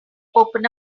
open